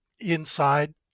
inside